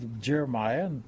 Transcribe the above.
Jeremiah